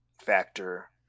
factor